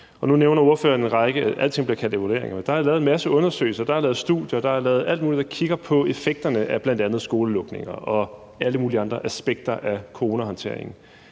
vi overhovedet kunne. Alting bliver kaldt evaluering. Der er lavet en masse undersøgelser, der er lavet studier, og der er lavet alt muligt, der kigger på effekterne af bl.a. skolelukninger og alle mulige andre aspekter af coronahåndteringen.